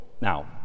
Now